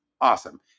awesome